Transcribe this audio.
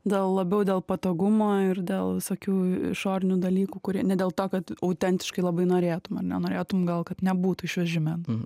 dėl labiau dėl patogumo ir dėl visokių išorinių dalykų kurie ne dėl to kad autentiškai labai norėtum ar ne norėtum gal kad nebūtų išvis žymens